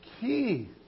key